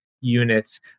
units